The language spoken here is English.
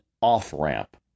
off-ramp